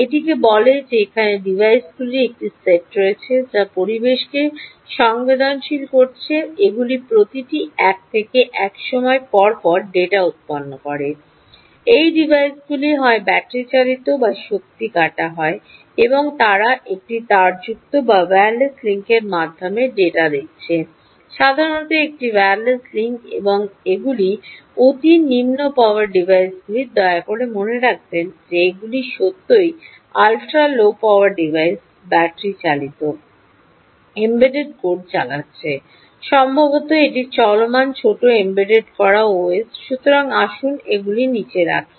এটি বলে যে এখানে ডিভাইসগুলির একটি সেট রয়েছে যা পরিবেশকে সংবেদন করছে এগুলি প্রতিটি 1 থেকে 1 সময় পর পর ডেটা উত্পন্ন করে এই ডিভাইসগুলি হয় ব্যাটারি চালিত বা শক্তি কাটা হয় এবং তারা একটি তারযুক্ত বা ওয়্যারলেস লিঙ্কের মাধ্যমে ডেটা দিচ্ছে সাধারণত একটি ওয়্যারলেস লিঙ্ক এবং এগুলি অতি নিম্ন পাওয়ার ডিভাইসগুলি দয়া করে মনে রাখবেন যে এগুলি সত্যই ultra low power device battery চালিত এমবেডড কোড চালাচ্ছে সম্ভবত একটি চলমান ছোট এম্বেড করা ওএস সুতরাং আসুন এগুলি নীচে রাখি